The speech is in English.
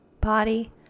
body